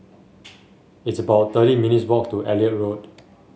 it's about thirty minutes' walk to Elliot Road